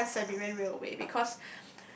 a Trans Siberian Railway because